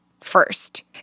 first